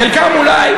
חלקם, אולי.